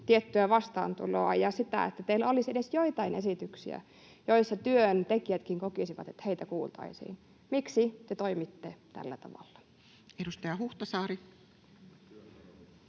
tiettyä vastaantuloa ja sitä, että teillä olisi edes joitain esityksiä, joissa työntekijätkin kokisivat, että heitä kuultaisiin. Miksi te toimitte tällä tavalla? [Speech